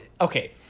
okay